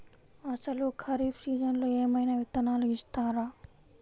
అసలు ఖరీఫ్ సీజన్లో ఏమయినా విత్తనాలు ఇస్తారా?